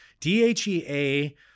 DHEA